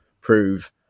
prove